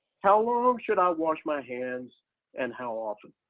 how long should i wash my hands and how often?